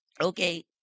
okay